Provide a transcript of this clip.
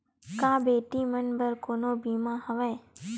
का बेटी मन बर कोनो बीमा हवय?